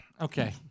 okay